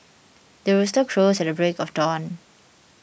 the rooster crows at the break of dawn